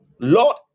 lord